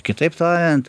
kitaip tariant